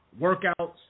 workouts